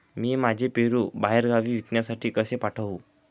मी माझे पेरू बाहेरगावी विकण्यासाठी कसे पाठवू?